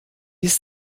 ist